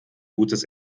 gutes